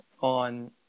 on